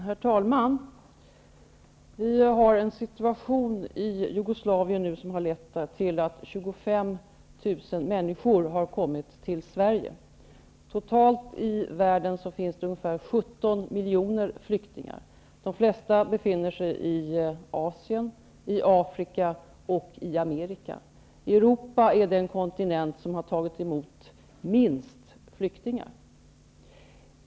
Herr talman! Vi har en situation i Jugoslavien som har lett till att 25 000 människor nu har kommit till Sverige. Totalt i världen finns det ungefär 17 miljoner flyktingar. De flesta befinner sig i Asien, i Afrika och i Amerika. Europa är den kontinent som har tagit emot det minsta antalet flyktingar.